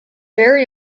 very